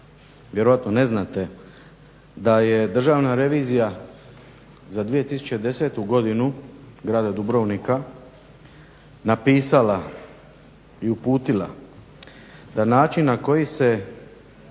vjerojatno ne znate da je državna revizija za 2010. godinu grada Dubrovnika napisala i uputila da način na koji je